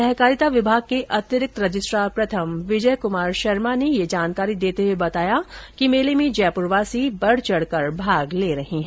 सहकारिता विभाग के अतिरिक्त रजिस्ट्रार प्रथम विजय कुमार शर्मा ने ये जानकारी देते हुए बताया कि मेले में जयप्रवासी बढ़चढ़कर भाग ले रहे है